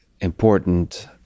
important